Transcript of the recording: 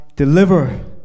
Deliver